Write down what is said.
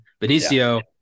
Benicio